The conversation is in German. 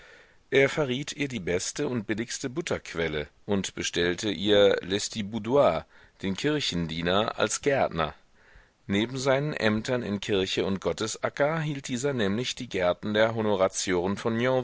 er verriet ihr die beste und billigste butterquelle und bestellte ihr lestiboudois den kirchendiener als gärtner neben seinen ämtern in kirche und gottesacker hielt dieser nämlich die gärten der honoratioren von